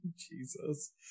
Jesus